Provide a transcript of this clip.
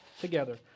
together